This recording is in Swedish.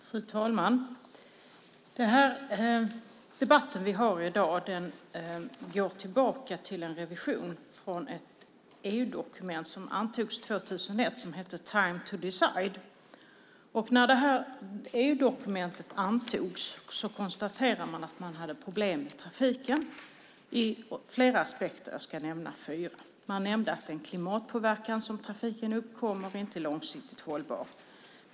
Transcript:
Fru talman! Den debatt vi har i dag går tillbaka till en revision från ett EU-dokument som antogs 2001 som heter Time to decide . När det EU-dokumentet antogs konstaterade man att man hade problem med trafiken ur flera aspekter, och jag ska nämna fyra. Man nämnde att den klimatpåverkan som trafiken har inte är långsiktigt hållbar.